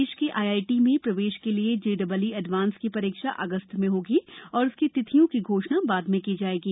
देश के आईआईटी में प्रवेश के लिए जेईई ए वांस की रीक्षा अगस्त में होगी और उसकी तिथियों की घोषणा बाद में की जाएंगी